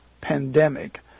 pandemic